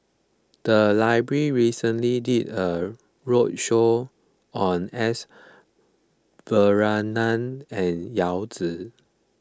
the library recently did a roadshow on S Varathan and Yao Zi